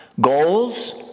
Goals